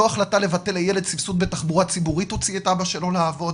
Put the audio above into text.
לא החלטה לבטל לילד סבסוד בתחבורה ציבורית תוציא את אבא שלו לעבוד.